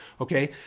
okay